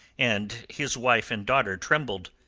and his wife and daughter trembled.